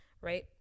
Right